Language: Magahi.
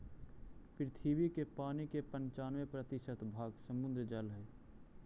पृथ्वी के पानी के पनचान्बे प्रतिशत भाग समुद्र जल हई